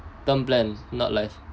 term plan not life